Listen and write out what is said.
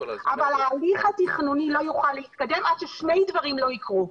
אבל ההליך התכנוני לא יוכל להתקדם עד ששני דברים לא יקרו.